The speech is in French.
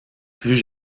plus